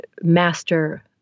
master